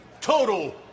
total